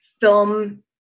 film